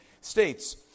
states